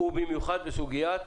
ובמיוחד בסוגיית